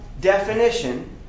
definition